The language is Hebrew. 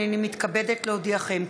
הינני מתכבדת להודיעכם,